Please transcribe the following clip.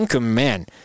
man